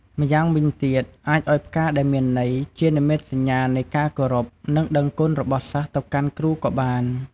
ម្យ៉ាងវិញទៀតអាចឲ្យផ្កាដែលមានន័យជានិមិត្តសញ្ញានៃការគោរព ដឹងគុណរបស់សិស្សទៅកាន់គ្រូក៏បាន។